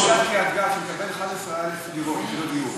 קריית-גת שמקבל 11,000 דירות לדיור,